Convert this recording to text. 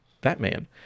Batman